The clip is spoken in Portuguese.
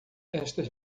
estas